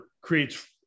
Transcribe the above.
creates